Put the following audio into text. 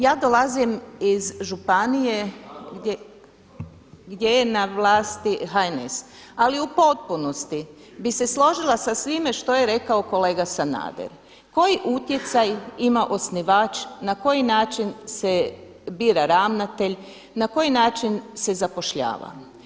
Ja dolazim iz županije gdje je na vlasti HNS ali u potpunosti bi se složila sa svime što je rekao kolega Sanader, koji utjecaj ima osnivač, na koji način se bira ravnatelj, na koji način se zapošljava.